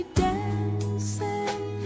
dancing